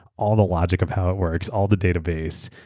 all the logic of how it works, all the database,